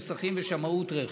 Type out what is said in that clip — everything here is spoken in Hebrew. מוסכים ושמאות רכב.